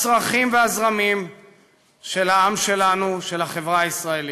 הצרכים והזרמים של העם שלנו, של החברה הישראלית.